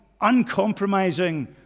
uncompromising